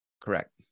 Correct